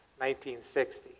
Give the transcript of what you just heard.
1960